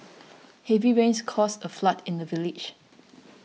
heavy rains caused a flood in the village